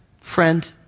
friend